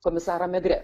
komisarą megrė